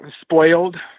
spoiled